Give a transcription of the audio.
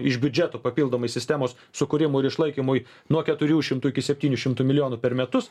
iš biudžeto papildomai sistemos sukūrimui ir išlaikymui nuo keturių šimtų iki septynių šimtų milijonų per metus